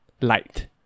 light